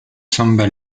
samba